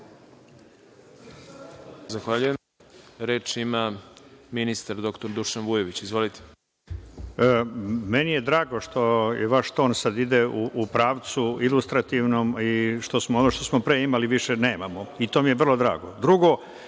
Zahvaljujem. Reč ima ministar dr Dušan Vujović. Izvolite. **Dušan Vujović** Meni je drago što vaš ton sad ide u pravcu ilustrativnom i što ono što smo pre imali više nemamo. To mi je vrlo drago. Drugo,